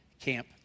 camp